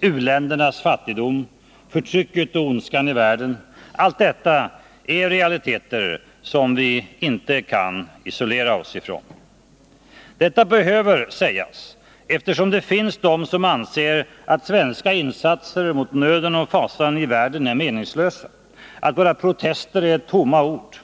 u-ländernas fattigdom, förtrycket och ondskan i världen — allt detta är realiteter. som vi inte kan isolera oss ifrån. Detta behöver sägas eftersom det finns de som anser att svenska insatser mot nöden och fasan i världen är meningslösa, att våra protester är tomma ord.